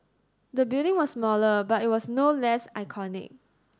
the building was smaller but it was no less iconic